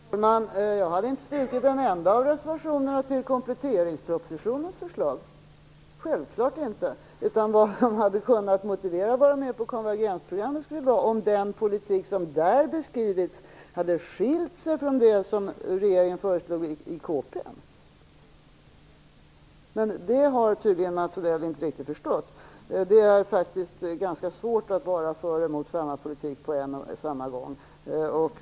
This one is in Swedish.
Fru talman! Jag hade inte strukit en enda av reservationerna till kompletteringspropositionens förslag, självfallet inte. Jag hade kunnat motivera att vi skulle vara med på konvergensprogrammet om den politik som där beskrivs hade skilt sig från den som regeringen föreslog i kompletteringspropositionen. Detta har Mats Odell tydligen inte riktigt förstått. Det är faktiskt ganska svårt att vara för och emot en politik på en och samma gång.